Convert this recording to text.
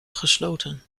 gesloten